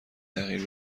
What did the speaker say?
تغییر